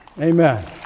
Amen